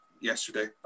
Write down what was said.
yesterday